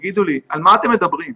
תגידו לי, על מה אתם מדברים?